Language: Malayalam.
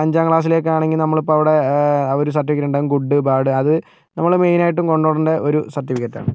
അഞ്ചാം ക്ലാസിലേക്കാണെങ്കിൽ നമ്മളിപ്പം അവിടെ ആ ഒരു സർട്ടിഫിക്കറ്റുണ്ടാകും ഗുഡ് ബാഡ് അത് നമ്മൾ മെയ്നായിട്ടും കൊണ്ട് പോകേണ്ട ഒരു സർട്ടിഫിക്കറ്റാണ്